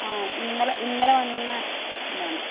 ആ ഇന്നലെ ഇന്നലെ വന്നത് ഇതാണ്